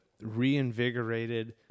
reinvigorated